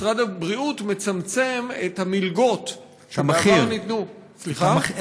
משרד הבריאות מצמצם את המלגות שניתנו בעבר.